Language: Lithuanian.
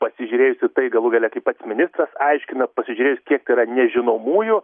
pasižiūrėjus į tai galų gale kaip pats ministras aiškina pasižiūrėjus kiek yra nežinomųjų